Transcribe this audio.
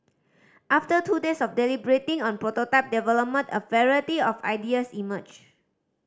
after two days of deliberating and prototype development a variety of ideas emerged